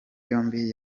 yombi